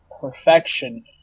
perfection